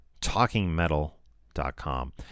TalkingMetal.com